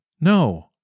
no